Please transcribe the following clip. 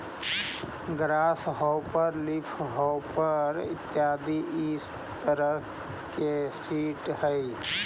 grass hopper leafhopper इत्यादि इ तरह के सीट हइ